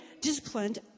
disciplined